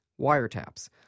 wiretaps